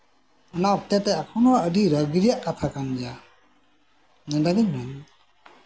ᱚᱱᱟ ᱠᱚᱫᱚ ᱮᱠᱷᱚᱱ ᱦᱚᱸ ᱟᱹᱰᱤ ᱨᱟᱹᱜᱤ ᱨᱮᱭᱟᱜ ᱠᱟᱛᱷᱟ ᱠᱟᱱ ᱜᱮᱭᱟ ᱱᱤᱭᱟᱹᱜᱤᱧ ᱢᱮᱱᱫᱟ